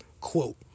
Quote